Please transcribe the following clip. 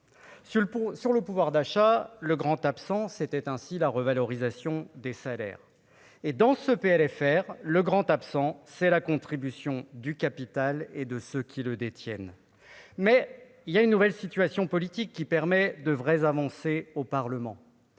sur le pouvoir d'achat, le grand absent, c'était ainsi la revalorisation des salaires et dans ce PLFR le grand absent, c'est la contribution du capital et de ceux qui le détiennent mais il y a une nouvelle situation politique qui permet de vraies avancées au Parlement,